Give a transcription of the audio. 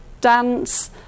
dance